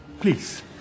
Please